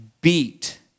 beat